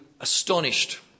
astonished